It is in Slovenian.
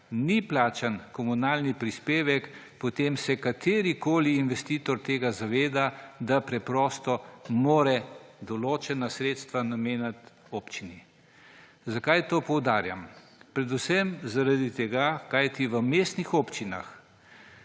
ni plačan komunalni prispevek, potem se katerikoli investitor tega zaveda, da preprosto mora določena sredstva nameniti občini. Zakaj to poudarjam? Predvsem zaradi tega, v mestnih občinah,